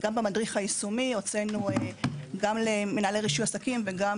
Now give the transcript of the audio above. גם במדריך היישומי יצאנו גם למנהלי רישוי עסקים וגם